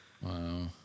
Wow